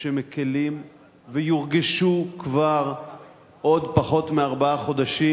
שמקלים ויורגשו כבר בעוד פחות מארבעה חודשים.